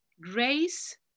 grace